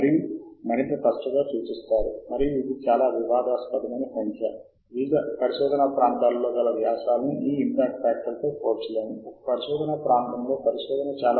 విస్మరించిన ప్రచురణలన్నీ ముఖ్యమైనవి కాకపోవచ్చు కానీ కొన్నిసార్లు చాలా ముఖ్యమైనవి కావచ్చు మరియు ఉపయోగకరమైన ప్రచురణలు ఉంటాయి కొన్నిసార్లు అవి ప్రపంచవ్యాప్తంగా ఉన్న చాలా మంది పరిశోధకుల దృష్టి నుండి ఎలాగో తప్పించుకుంటాయి